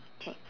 K